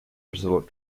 result